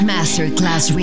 Masterclass